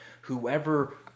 whoever